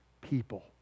people